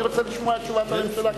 אני רוצה לשמוע את תשובת הממשלה.